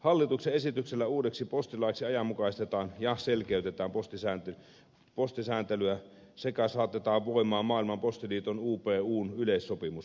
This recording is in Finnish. hallituksen esityksellä uudeksi postilaiksi ajanmukaistetaan ja selkeytetään postisääntelyä sekä saatetaan voimaan maailman postiliiton upun yleissopimus